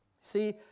See